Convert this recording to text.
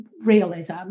realism